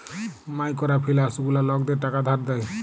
micro finance গুলা লকদের টাকা ধার দেয়